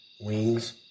wings